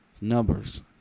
Numbers